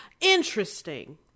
interesting